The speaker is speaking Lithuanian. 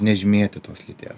nežymėti tos lyties